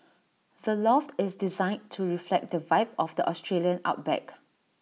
the loft is designed to reflect the vibe of the Australian outback